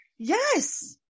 Yes